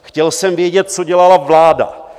Chtěl jsem vědět, co dělala vláda.